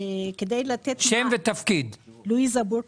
לואיזה בורק,